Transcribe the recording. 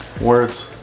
words